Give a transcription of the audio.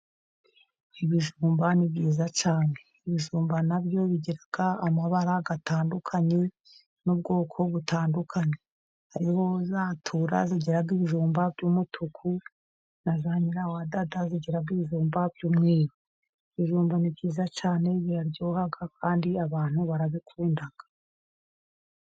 Ibijumba ni byiza cyane, ibijumba nabyo bigira amabara atandukanye n'ubwoko butandukanye, harimo zatura zigira ibijumba by'umutuku, na za nyirawadada zigira ibijumba by'umweru, ibijumba ni byiza cyane biraryoha kandi abantu barabikunda.